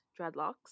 dreadlocks